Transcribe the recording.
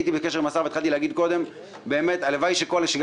הייתי בקשר עם השר והתחלתי להגיד קודם שהלוואי שגם